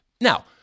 Now